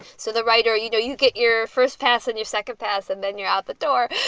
so the writer, you know, you get your first pass and your second pass and then you're out the door.